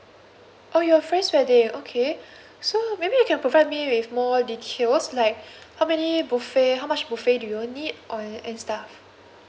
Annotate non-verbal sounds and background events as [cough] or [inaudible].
oh your friends wedding okay [breath] so maybe you can provide me with more details like [breath] how many buffet how much buffet do you all need or any stuff